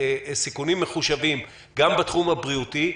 סיכונים מחושבים גם בתחום הבריאותי,